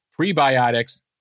prebiotics